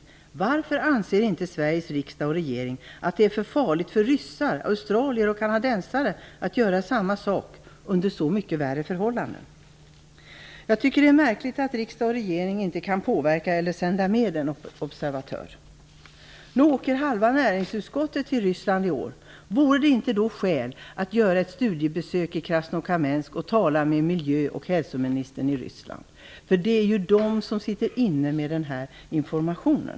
Men varför anser inte Sveriges riksdag och regering att det är för farligt också för ryssar, australier och kanadensare att göra samma sak under så mycket värre förhållanden? Jag tycker att det är märkligt att riksdag och regering inte kan påverka eller sända med en observatör. Halva näringsutskottet åker till Ryssland i år. Vore det då inte skäl att göra ett studiebesök i Krasnokamensk och tala med miljö och hälsoministern i Ryssland? Det är ju där man sitter inne med den här informationen.